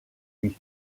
lui